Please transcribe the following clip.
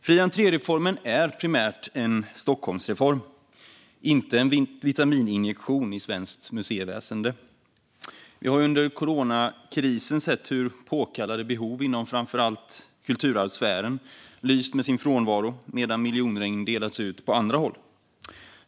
Fri entré-reformen är primärt en Stockholmsreform, inte en vitamininjektion i svenskt museiväsen. Vi har under coronakrisen sett hur resurser till påkallade behov inom framför allt kulturarvssfären lyst med sin frånvaro medan miljonregn delats ut på andra håll.